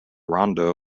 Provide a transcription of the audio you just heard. rondo